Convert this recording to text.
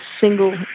single